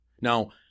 Now